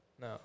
No